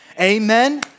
amen